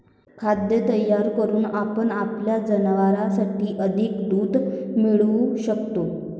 खाद्य तयार करून आपण आपल्या जनावरांसाठी अधिक दूध मिळवू शकतो